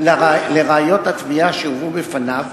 לראיות התביעה שהובאו בפניו,